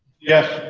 yes.